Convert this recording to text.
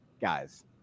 guys